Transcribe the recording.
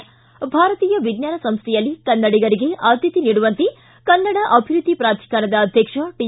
ಿ ಭಾರತೀಯ ವಿಜ್ವಾನ ಸಂಸ್ಥೆಯಲ್ಲಿ ಕನ್ನಡಿಗರಿಗೆ ಆದ್ಯತೆ ನೀಡುವಂತೆ ಕನ್ನಡ ಅಭಿವೃದ್ಧಿ ಪ್ರಾಧಿಕಾರದ ಅಧ್ಯಕ್ಷ ಟಿ